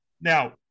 Now